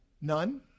None